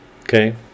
Okay